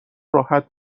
راحت